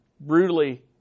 brutally